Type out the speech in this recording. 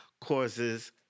causes